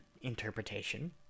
interpretation